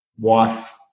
wife